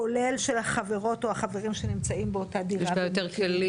כולל של החברות או החברים שנמצאים באותה דירה --- יש לה יותר כלים.